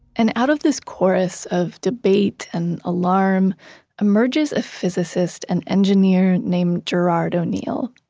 and out of this chorus of debate and alarm emerges a physicist and engineer named gerard o'neill.